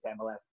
MLS